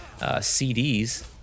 CDs